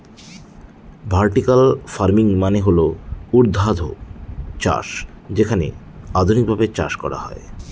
vertical farming মানে হল ঊর্ধ্বাধ চাষ যেখানে আধুনিকভাবে চাষ করা হয়